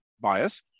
bias